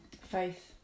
faith